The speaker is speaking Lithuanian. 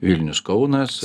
vilnius kaunas